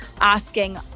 asking